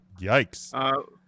Yikes